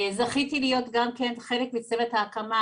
זכיתי להיות גם כן חלק מצוות ההקמה